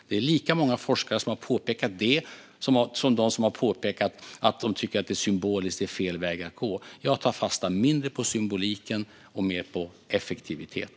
Det är lika många forskare som har påpekat det som de som har påpekat att det symboliskt är fel väg att gå. Jag tar mindre fasta på symbolik och mer på effektivitet.